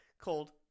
called